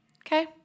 Okay